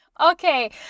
Okay